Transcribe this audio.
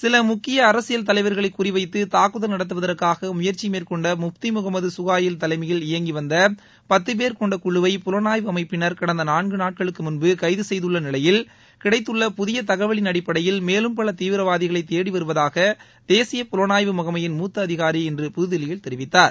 சில முக்கிய அரசியல் தலைவர்களை குறிவைத்து தாக்குதல் நடத்துவதற்காக முயற்சி மேற்கொண்ட முப்தி முகமது சுகாயில் தலைமையில் இயங்கி வந்த பத்து பேர் கொண்ட குழுவை புலனாய்வு அமைப்பினர் கடந்த நாள்கு நாட்களுக்கு முன்பு கைது செய்துள்ள நிலையில் கிடைத்துள்ள புதிய தகவலின் அடிப்படையில் மேலும் பல தீவிரவாதிகளை தேடிவருவதாக தேசிய புலனாய்வு முகமையின் மூத்த அதிகாரி இன்று புதுதில்லியில் தெரிவித்தார்